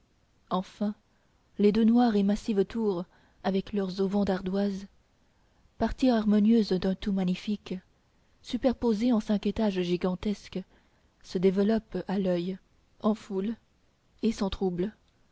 enfin les deux noires et massives tours avec leurs auvents d'ardoise parties harmonieuses d'un tout magnifique superposées en cinq étages gigantesques se développent à l'oeil en foule et sans trouble